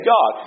God